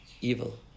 evil